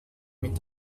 mit